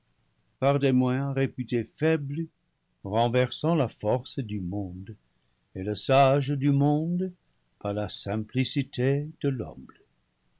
par des moyens réputés faibles renversant la force du monde et le sage du monde par la simplicité de l'humble